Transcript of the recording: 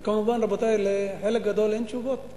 וכמובן, רבותי, לחלק גדול מהן אין תשובות.